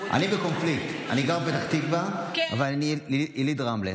אני בקונפליקט, אני גר בפתח תקווה ואני יליד רמלה.